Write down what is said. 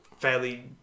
fairly